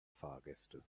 fahrgäste